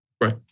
Right